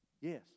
Yes